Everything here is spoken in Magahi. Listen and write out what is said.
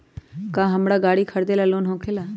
का हमरा गारी खरीदेला लोन होकेला?